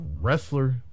wrestler